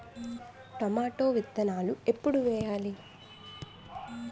Tomato విత్తనాలు ఎప్పుడు వెయ్యాలి?